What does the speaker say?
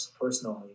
personally